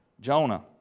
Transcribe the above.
Jonah